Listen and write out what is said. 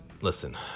listen